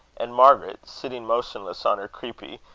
and margaret sitting motionless on her creepie,